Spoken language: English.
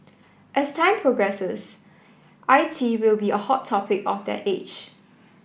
as time progresses I T will be a hot topic of that age